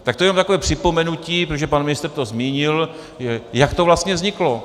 Tak to je takové připomenutí, protože pan ministr to zmínil, jak to vlastně vzniklo.